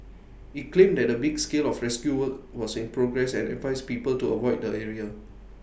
IT claimed that A big scale of rescue work was in progress and advised people to avoid the area